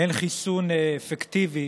אין חיסון אפקטיבי